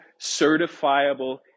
certifiable